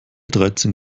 dreizehn